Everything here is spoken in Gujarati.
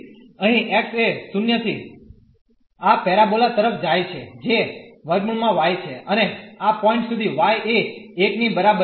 તેથી અહીં x એ 0 થી આ પેરાબોલા તરફ જાય છે જે √ y છે અને આ પોઇન્ટ સુધી y એ 1 ની બરાબર છે